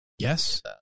Yes